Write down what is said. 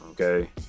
okay